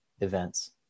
events